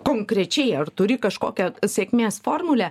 konkrečiai ar turi kažkokią sėkmės formulę